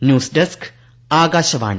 news desk Akashvani